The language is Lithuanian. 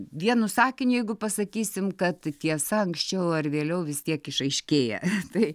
vienu sakiniu jeigu pasakysim kad tiesa anksčiau ar vėliau vis tiek išaiškėja tai